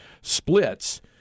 splits